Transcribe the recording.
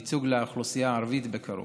הייצוג לאוכלוסייה הערבית בקרוב.